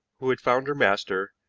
who had found her master,